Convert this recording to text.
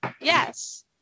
Yes